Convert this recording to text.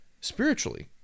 spiritually